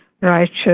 righteous